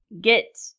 get